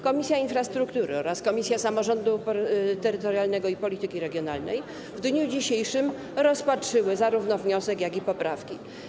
Komisja Infrastruktury oraz Komisja Samorządu Terytorialnego i Polityki Regionalnej w dniu dzisiejszym rozpatrzyły zarówno wniosek, jak i poprawki.